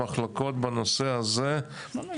אגב,